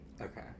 okay